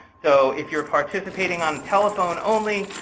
so if you're participating on telephone only,